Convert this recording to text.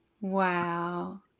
Wow